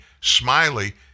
Smiley